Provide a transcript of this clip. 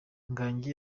gangi